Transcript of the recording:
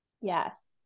Yes